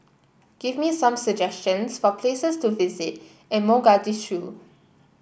give me some suggestions for places to visit in Mogadishu